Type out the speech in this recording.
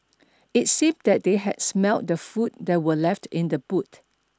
it seemed that they had smelt the food that were left in the boot